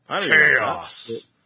Chaos